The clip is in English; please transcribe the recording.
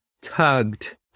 tugged